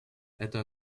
это